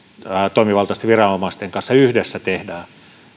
toimivaltaisten viranomaisten kanssa yhdessä tehdään